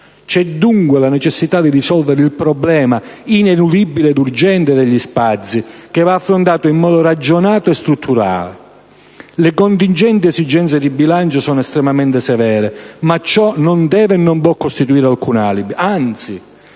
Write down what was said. C'è dunque la necessità di risolvere il problema, ineludibile ed urgente, degli spazi, che va affrontato in modo ragionato e strutturale. Le contingenti esigenze di bilancio sono estremamente severe, ma ciò non deve e non può costituire alcun alibi. Anzi,